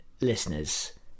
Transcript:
listeners